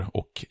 och